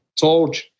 told